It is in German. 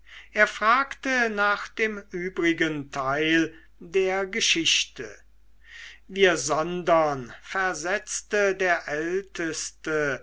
er fragte nach dem übrigen teil der geschichte wir sondern versetzte der älteste